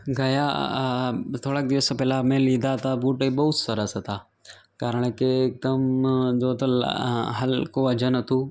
ગયા થોડાક દિવસો પહેલાં મેં લીધા હતા બુટ એ બહુ સરસ હતા કારણ કે તમ જોવો તો લા હલકું વજન હતું